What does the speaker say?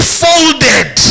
folded